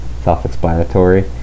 self-explanatory